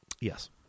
Yes